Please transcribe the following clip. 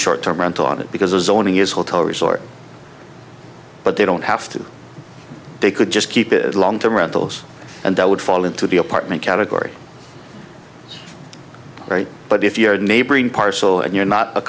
short term rental on it because the zoning is hotel resort but they don't have to they could just keep it long term rentals and that would fall into the apartment category right but if you're a neighboring parcel and you're not a